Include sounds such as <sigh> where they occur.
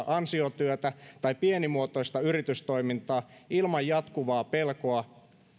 <unintelligible> ansiotyötä tai pienimuotoista yritystoimintaa ilman jatkuvaa pelkoa